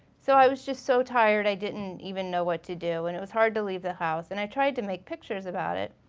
so i was just so tired i didn't even know what to do and it was hard to leave the house. and i tried to make pictures about it.